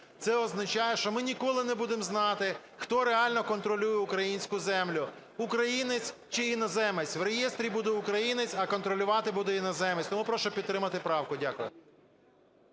це означає, що ми ніколи не будемо знати, хто реально контролює українську землю – українець чи іноземець. В реєстрі буде українець, а контролювати буде іноземець. Тому прошу підтримати правку. Дякую.